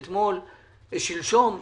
שלשום,